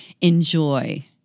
enjoy